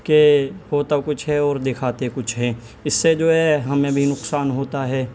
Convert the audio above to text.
کہ ہوتا کچھ ہے اور دکھاتے کچھ ہیں اس سے جو ہے ہمیں بھی نقصان ہوتا ہے